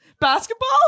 Basketball